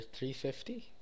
350